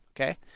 okay